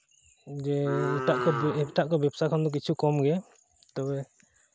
ᱡᱮ ᱮᱴᱟᱜ ᱠᱚ ᱵᱮᱵᱽᱥᱟ ᱠᱷᱚᱱ ᱫᱚ ᱠᱤᱪᱷᱩ ᱠᱚᱢ ᱜᱮᱭᱟ ᱛᱚᱵᱮ